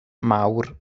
mawr